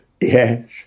Yes